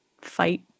fight